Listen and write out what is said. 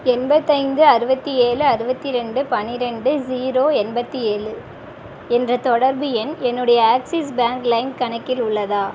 எண்பத்தைந்து அறுபத்தி ஏழு அறுபத்தி ரெண்டு பன்னிரெண்டு சீரோ எண்பத்தி ஏழு என்ற தொடர்பு எண் என்னுடைய ஆக்ஸிஸ் பேங்க் லைம் கணக்கில் உள்ளதா